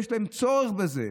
ויש להם צורך בזה.